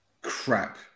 Crap